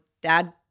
dad